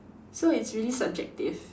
so it's really subjective